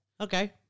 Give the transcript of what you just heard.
Okay